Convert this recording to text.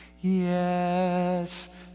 Yes